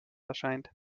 erscheint